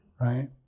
right